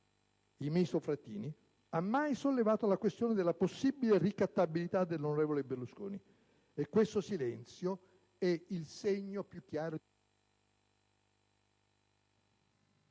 il ministro Frattini, ha mai sollevato la questione della possibile ricattabilità dell'onorevole Berlusconi. Questo silenzio è il segno più chiaro